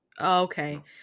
Okay